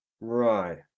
Right